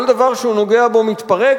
כל דבר שהוא נוגע בו מתפרק,